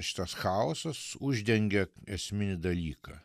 šitas chaosas uždengia esminį dalyką